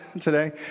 today